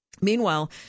Meanwhile